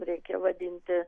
reikia vadinti